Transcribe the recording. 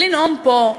לנאום פה,